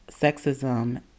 sexism